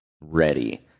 ready